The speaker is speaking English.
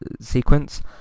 sequence